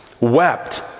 wept